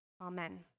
Amen